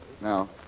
Now